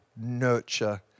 nurture